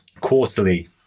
quarterly